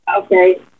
Okay